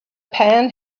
pan